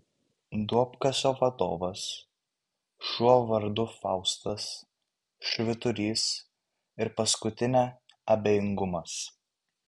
duobkasio vadovas šuo vardu faustas švyturys ir paskutinė abejingumas